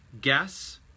Guess